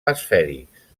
esfèrics